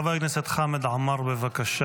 חבר הכנסת חמד עמאר, בבקשה.